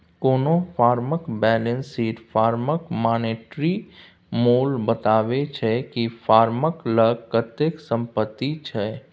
कोनो फर्मक balance sheet फर्मक मानेटिरी मोल बताबै छै कि फर्मक लग कतेक संपत्ति छै